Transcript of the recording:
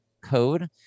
Code